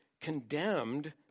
condemned